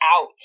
out